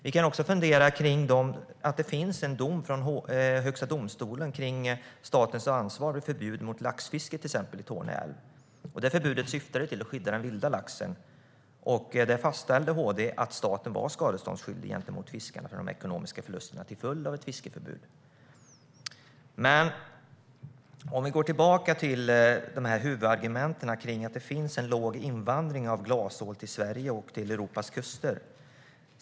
Vi kan också fundera över att det finns en dom från Högsta domstolen om statens ansvar vid förbud mot laxfiske i Torne älv. Det förbudet syftade till att skydda den vilda laxen. HD fastställde att staten var skadeståndsskyldig gentemot fiskarna för de ekonomiska förlusterna till följd av ett fiskeförbud. Låt oss gå tillbaka till huvudargumenten om att det finns en låg invandring av glasål till Sverige och till Europas kuster.